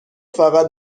فقط